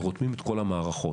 ורותמים את כל המערכות.